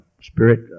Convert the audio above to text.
Spirit